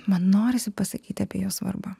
man norisi pasakyti apie jo svarbą